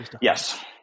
Yes